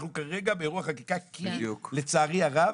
אנחנו כרגע באירוע חקיקה כי לצערי הרב